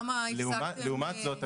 לעומת זאת,